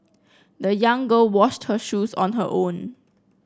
the young girl washed her shoes on her own